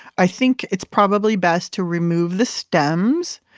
i think it's probably best to remove the stems.